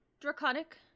draconic